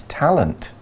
talent